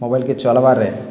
ମୋବାଇଲ୍କେ ଚଲବାରେ